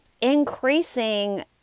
increasing